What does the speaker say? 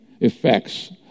effects